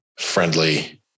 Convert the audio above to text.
friendly